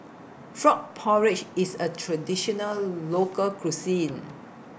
Frog Porridge IS A Traditional Local Cuisine